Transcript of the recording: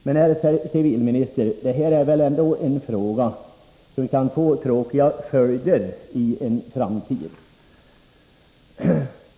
Men, herr civilminister, detta är väl ändå en fråga som kan få tråkiga följder i en framtid.